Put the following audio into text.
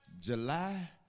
July